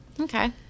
Okay